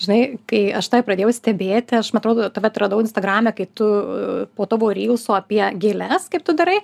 žinai kai aš tave pradėjau stebėti aš man atrodo tave atradau instagrame kai tu po tavo rylsų apie gėles kaip tu darai